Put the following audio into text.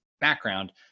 background